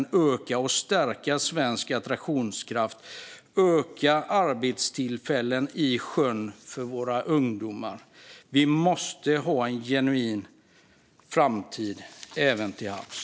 Det handlar om att öka och stärka svensk attraktionskraft och öka arbetstillfällen på sjön för våra ungdomar. Vi måste ha en genuin framtid även till havs.